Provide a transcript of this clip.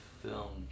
film